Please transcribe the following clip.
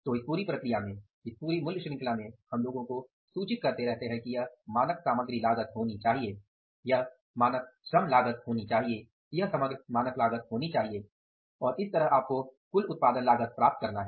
तो इस पूरी प्रक्रिया में इस पूरे मूल्य श्रृंखला में हम लोगों को सूचित करते रहते हैं कि यह मानक सामग्री लागत होनी चाहिए यह मानक श्रम लागत होनी चाहिए यह समग्र मानक लागत होनी चाहिए और इस तरह आपको कुल उत्पादन लागत प्राप्त करना है